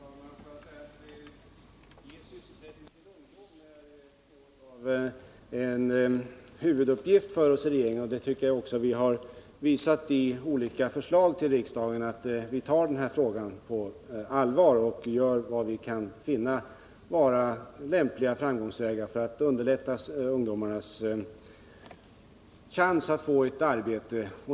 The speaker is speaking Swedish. Fru talman! Att ge ungdomen sysselsättning är något av en huvuduppgift för oss i regeringen. Jag tycker också att vi genom de olika förslag som vi har lagt fram i riksdagen har visat att vi tar den här frågan på allvar och gör vad vi kan för att finna lämpliga vägar att underlätta för ungdomarna och att ge dem en chans att få ett arbete.